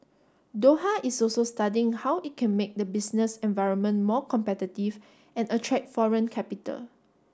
Doha is also studying how it can make the business environment more competitive and attract foreign capital